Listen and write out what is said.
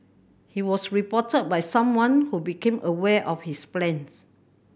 he was reported by someone who became aware of his plans